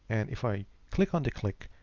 and if i click on the click,